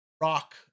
rock